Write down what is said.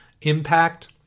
Impact